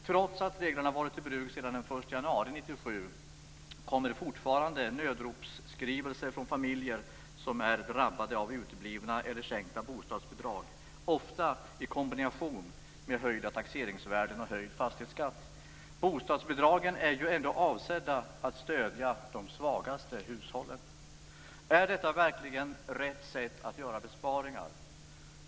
Trots att reglerna varit i bruk sedan den 1 januari 1997 kommer fortfarande nödropsskrivelser från familjer som är drabbade av uteblivna eller sänkta bostadsbidrag, ofta i kombination med höjda taxeringsvärden och höjd fastighetsskatt. Bostadsbidragen är ju ändå avsedda att stödja de svagaste hushållen. Är detta verkligen rätt sätt att göra besparingar?